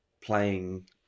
playing